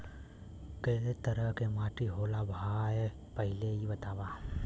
कै तरह के माटी होला भाय पहिले इ बतावा?